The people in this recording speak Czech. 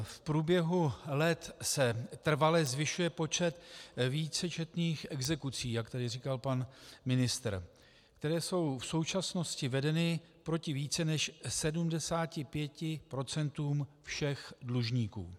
V průběhu let se trvale zvyšuje počet vícečetných exekucí, jak tady říkal pan ministr, které jsou v současnosti vedeny proti více než 75 procentům všech dlužníků.